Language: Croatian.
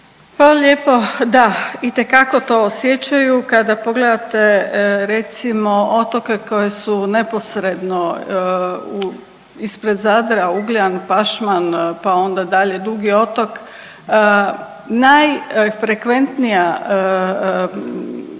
lijepo. Da, itekako to osjećaju kada pogledate recimo otoke koji su neposredno ispred Zadra Ugljan, Pašman, pa onda dalje Dugi otok najfrekventnija